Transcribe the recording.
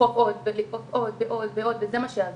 לדחוף עוד ועוד ועוד ועוד וזה מה שזה יעזור.